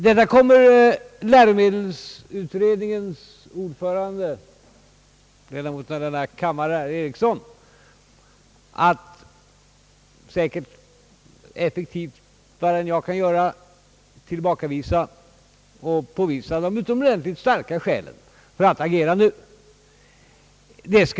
Detta kommer läromedelsutredningens ordförande, ledamoten av denna kammare herr Ericsson, att säkert mera effektivt än jag kan tillbakavisa. Han kan också påvisa de utomordentligt starka skäl som föreligger för ett agerande nu i denna fråga.